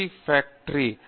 பேராசிரியர் அபிஜித் பி